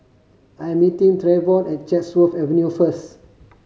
I 'm meeting Travon at Chatsworth Avenue first